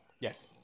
Yes